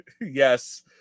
Yes